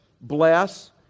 bless